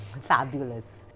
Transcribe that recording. Fabulous